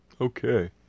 Okay